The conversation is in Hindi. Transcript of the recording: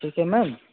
ठीक है मैम